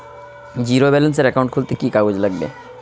Zero ব্যালেন্সের account খুলতে কি কি কাগজ লাগবে?